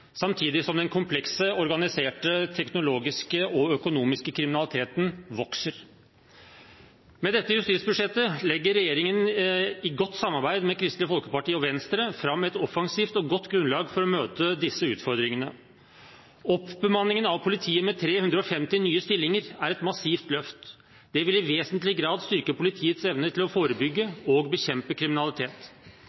samtidig som den komplekse, organiserte, teknologiske og økonomiske kriminaliteten vokser. Med dette justisbudsjettet legger regjeringen, i godt samarbeid med Kristelig Folkeparti og Venstre, fram et offensivt og godt grunnlag for å møte disse utfordringene. Oppbemanningen av politiet med 350 nye stillinger er et massivt løft. Det vil i vesentlig grad styrke politiets evne til å forebygge